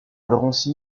drancy